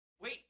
Wait